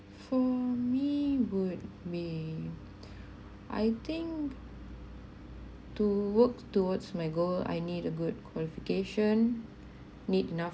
for me would be I think to work towards my goal I need a good qualification need enough